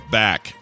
back